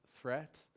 threat